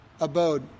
abode